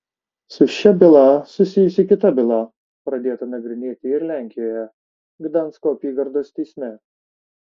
su šia byla susijusi kita byla pradėta nagrinėti ir lenkijoje gdansko apygardos teisme